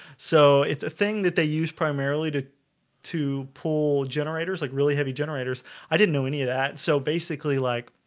so it's a thing that they use primarily to to pool generators like really heavy generators i didn't know any of that. so basically like